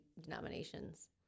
denominations